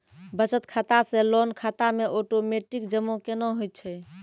बचत खाता से लोन खाता मे ओटोमेटिक जमा केना होय छै?